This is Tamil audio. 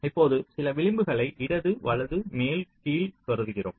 இப்போது சில விளிம்புகளை இடது வலது மேல் கீழ் கருதுகிறோம்